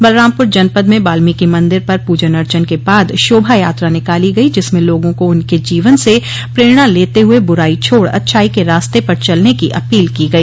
बलरामपूर जनपद में बाल्मीकि मंदिर पर पूजन अर्चन के बाद शोभा यात्रा निकाली गई जिसमें लोगों को उनके जीवन से प्रेरणा लेते हुए बुराई छोड़ अच्छाई के रास्ते पर चलने की अपील की गई